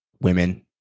women